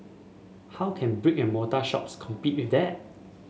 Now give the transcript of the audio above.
how can brick and mortar shops compete with that